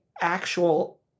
actual